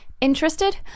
Interested